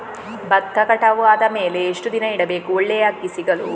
ಭತ್ತ ಕಟಾವು ಆದಮೇಲೆ ಎಷ್ಟು ದಿನ ಇಡಬೇಕು ಒಳ್ಳೆಯ ಅಕ್ಕಿ ಸಿಗಲು?